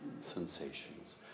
sensations